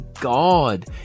God